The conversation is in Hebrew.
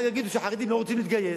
אחר כך יגידו שהחרדים לא רוצים להתגייס.